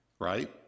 right